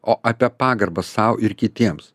o apie pagarbą sau ir kitiems